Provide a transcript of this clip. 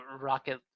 rocket